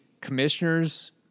commissioners